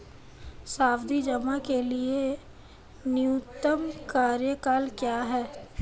सावधि जमा के लिए न्यूनतम कार्यकाल क्या है?